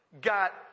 got